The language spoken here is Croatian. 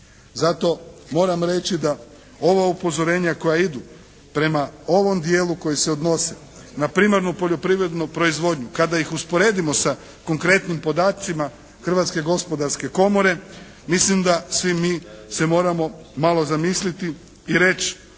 Zato moram reći da ova upozorenja koja idu prema ovom dijelu koji se odnosi na primarnu poljoprivrednu proizvodnju, kada ih usporedimo sa konkretnim podacima Hrvatske gospodarske komore mislim da svi mi se moramo malo zamisliti i reći